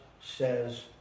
says